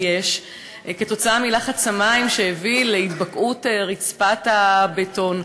כתוצאה מלחץ המים שהביא להתבקעות רצפת הבטון,